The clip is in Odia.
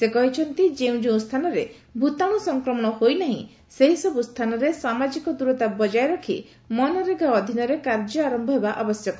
ସେ କହିଛନ୍ତି ଯେଉଁ ଯେଉଁ ସ୍ଥାନରେ ଭୂତାଣୁ ସଂକ୍ରମଣ ହୋଇନାହିଁ ସେହିସବୁ ସ୍ଥାନରେ ସାମାଜିକ ଦ୍ୱରତା ବଜାୟ ରଖି ମନରେଗା ଅଧୀନରେ କାର୍ଯ୍ୟ ଆରମ୍ଭ ହେବା ଆବଶ୍ୟକ